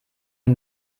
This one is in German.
die